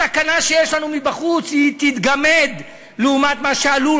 הסכנה שיש לנו מבחוץ תתגמד לעומת מה שעלול,